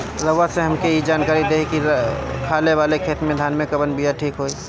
रउआ से हमके ई जानकारी देई की खाले वाले खेत धान के कवन बीया ठीक होई?